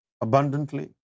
abundantly